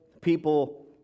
people